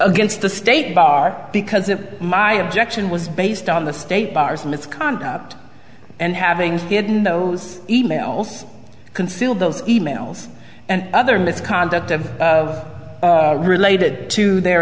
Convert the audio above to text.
against the state bar because of my objection was based on the state bar's misconduct and having it in those e mails concealed those e mails and other misconduct of of related to their